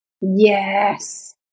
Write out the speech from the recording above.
Yes